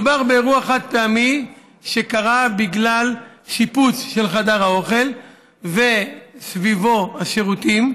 מדובר באירוע חד-פעמי שקרה בגלל שיפוץ של חדר האוכל וסביבת השירותים.